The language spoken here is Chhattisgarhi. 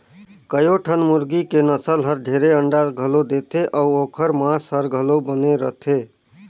कयोठन मुरगी के नसल हर ढेरे अंडा घलो देथे अउ ओखर मांस हर घलो बने रथे